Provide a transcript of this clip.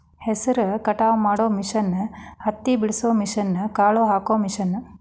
ಹೆಸರ ಕಟಾವ ಮಾಡು ಮಿಷನ್ ಹತ್ತಿ ಬಿಡಸು ಮಿಷನ್, ಕಾಳ ಹಾಕು ಮಿಷನ್